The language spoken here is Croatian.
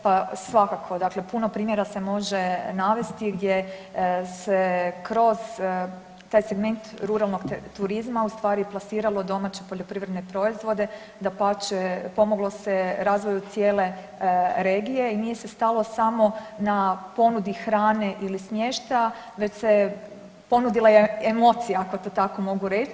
Pa svakako dakle puno primjera se može navesti gdje se kroz taj segment ruralnog turizma ustvari plasiralo domaće poljoprivredne proizvode, dapače pomoglo se razvoju cijele regije i nije se stalo samo na ponudi hrane ili smještaja, već se ponudila emocija ako to tako mogu reći.